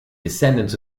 descendants